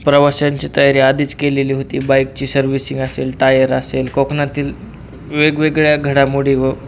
प्रवाशांची तयारी आधीच केलेली होती बाईकची सर्व्हिसिन असेल टायर असेल कोकणातील वेगवेगळ्या घडामोडी व